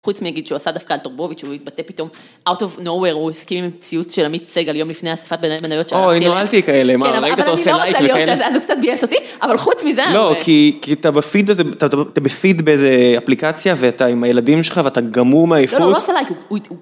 חוץ מלהגיד שהוא עשה דווקא על תורבוביץ', שהוא יתבטא פתאום, Out of nowhere, הוא הסכים עם ציוץ של עמית סגל יום לפני אספת בעלי מניות. או, אל תהיי כאלה, מה, ראית את עושה לייק וכאלה? כן, אבל אני לא רוצה להיות שזה קצת ביאס אותי, אבל חוץ מזה... לא, כי אתה בפיד הזה, אתה בפיד באיזה אפליקציה, ואתה עם הילדים שלך, ואתה גמור מעייפות. לא, לא, הוא עושה לייק, הוא...